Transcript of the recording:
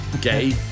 Gay